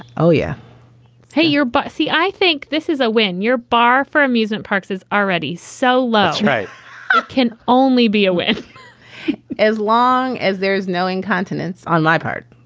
oh, yeah hey, you're. but see, i think this is a win. your bar for amusement parks is already so low. right? it ah can only be a win as long as there's no incontinence on my part.